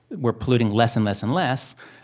we're polluting less and less and less.